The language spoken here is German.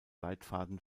leitfaden